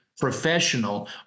professional